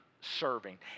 serving